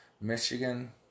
Michigan